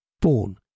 Born